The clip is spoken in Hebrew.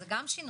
זה גם שינוי.